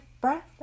breath